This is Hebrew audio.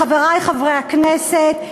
חברי חברי הכנסת,